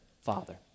father